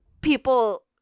people